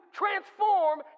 transform